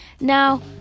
Now